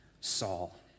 Saul